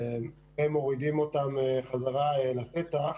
הם מורידים אותן חזרה אל השטח